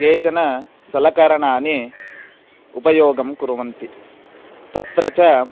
कानिचन सलकरणानि उपयोगं कुर्वन्ति तत्र च